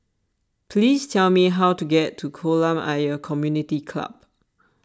please tell me how to get to Kolam Ayer Community Club